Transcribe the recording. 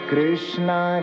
Krishna